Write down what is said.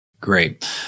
Great